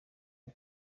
ari